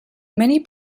many